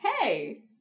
Hey